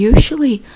Usually